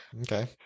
Okay